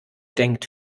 denkt